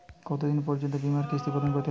কতো দিন পর্যন্ত বিমার কিস্তি প্রদান করতে হবে?